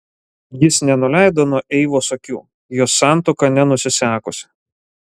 jis nenuleido nuo eivos akių jos santuoka nenusisekusi